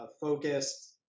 focused